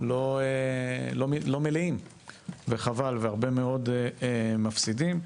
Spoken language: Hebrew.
לא מלאים וחבל, והרבה מאוד מפסידים.